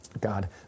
God